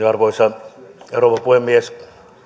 arvoisa rouva puhemies